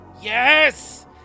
Yes